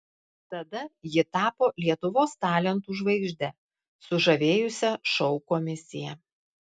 tada ji tapo lietuvos talentų žvaigžde sužavėjusia šou komisiją